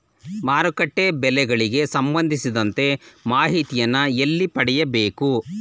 ಮಾರುಕಟ್ಟೆ ಬೆಲೆಗಳಿಗೆ ಸಂಬಂಧಿಸಿದಂತೆ ಮಾಹಿತಿಯನ್ನು ಎಲ್ಲಿ ಪಡೆಯಬೇಕು?